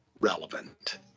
relevant